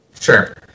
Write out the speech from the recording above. Sure